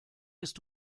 ist